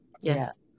Yes